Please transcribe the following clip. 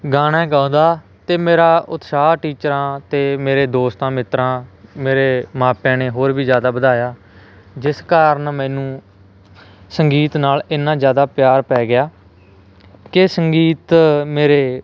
ਗਾਣਾ ਗਾਉਂਦਾ ਅਤੇ ਮੇਰਾ ਉਤਸ਼ਾਹ ਟੀਚਰਾਂ ਅਤੇ ਮੇਰੇ ਦੋਸਤਾਂ ਮਿੱਤਰਾਂ ਮੇਰੇ ਮਾਪਿਆਂ ਨੇ ਹੋਰ ਵੀ ਜ਼ਿਆਦਾ ਵਧਾਇਆ ਜਿਸ ਕਾਰਨ ਮੈਨੂੰ ਸੰਗੀਤ ਨਾਲ ਇੰਨਾ ਜ਼ਿਆਦਾ ਪਿਆਰ ਪੈ ਗਿਆ ਕਿ ਸੰਗੀਤ ਮੇਰੇ